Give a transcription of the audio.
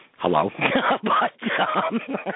Hello